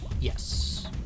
Yes